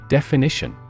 Definition